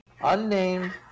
Unnamed